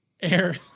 air